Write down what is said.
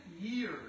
years